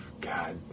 God